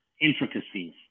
intricacies